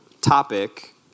topic